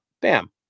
Bam